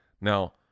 Now